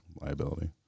liability